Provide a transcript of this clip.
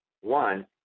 one